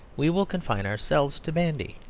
we will confine ourselves to bandy.